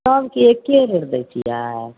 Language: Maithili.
सबके एक्के रेट दै छिए